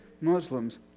Muslims